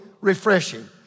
refreshing